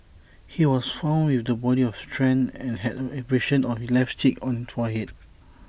he was found with the body of Tran and had abrasions on his left cheek on forehead